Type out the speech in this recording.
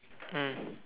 mm